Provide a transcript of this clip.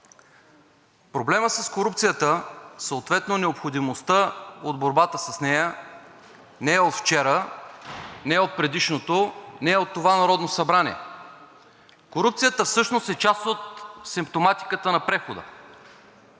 проблемът с корупцията и съответно необходимостта от борбата с нея не е от вчера, не е от предишното, не е от това Народно събрание, а корупцията всъщност е част от симптоматиката на прехода.